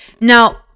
Now